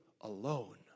alone